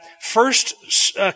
first